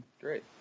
Great